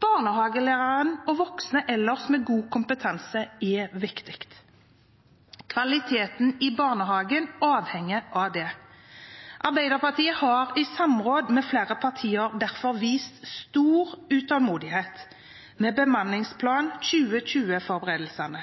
Barnehagelæreren og voksne ellers med god kompetanse er viktig. Kvaliteten i barnehagen er avhengig av det. Arbeiderpartiet har i samråd med flere partier derfor utvist stor utålmodighet med Bemanningsplan 2020-forberedelser og